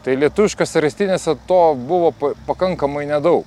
tai lietuviškose ristynėse to buvo pakankamai nedaug